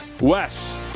Wes